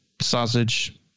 sausage